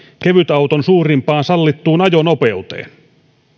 kevytauton suurimpaan sallittuun ajonopeuteen